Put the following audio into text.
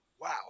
wow